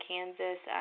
Kansas